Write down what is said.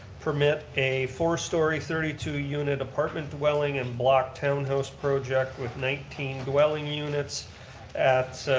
permit a four story thirty two unit apartment dwelling and block townhouse project with nineteen dwelling units at